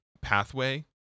pathway